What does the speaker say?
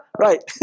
Right